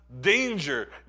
danger